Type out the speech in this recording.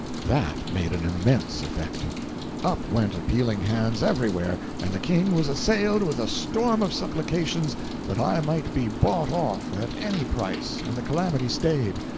that made an immense effect up went appealing hands everywhere, and the king was assailed with a storm of supplications that i might be bought off at any price, and the calamity stayed.